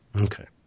Okay